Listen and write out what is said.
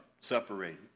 separated